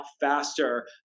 faster